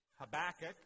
Habakkuk